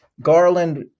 Garland